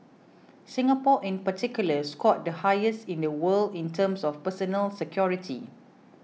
Singapore in particular scored the highest in the world in terms of personal security